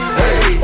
hey